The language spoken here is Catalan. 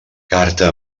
carta